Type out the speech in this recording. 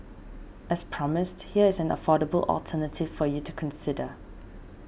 as promised here is an affordable alternative for you to consider